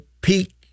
peak